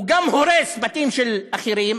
הוא גם הורס בתים של אחרים,